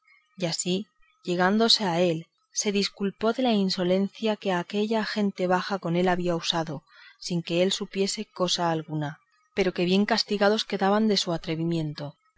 y así llegándose a él se desculpó de la insolencia que aquella gente baja con él había usado sin que él supiese cosa alguna pero que bien castigados quedaban de su atrevimiento